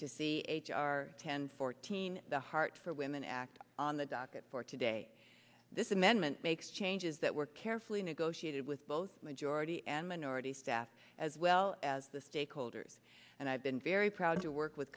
are ten fourteen the heart for women act on the docket for today this amendment makes changes that were carefully negotiated with both majority and minority staff as well as the stakeholders and i've been very proud to work with